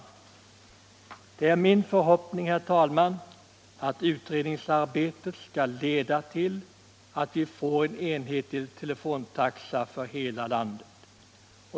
Det är min förhoppning, herr talman, att utredningsarbetet skall leda till att vi får en enhetlig telefontaxa för hela landet.